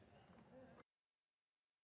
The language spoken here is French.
Merci